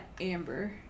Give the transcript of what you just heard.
Amber